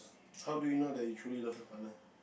how do you know that you truly love your partner